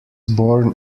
born